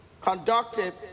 conducted